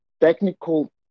technical